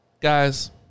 guys